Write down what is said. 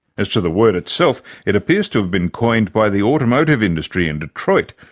as to the word itself, it appears to have been coined by the automotive industry in detroit,